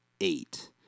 eight